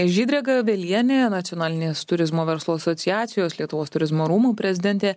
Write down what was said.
žydrė gavelienė nacionalinės turizmo verslo asociacijos lietuvos turizmo rūmų prezidentė